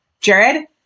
Jared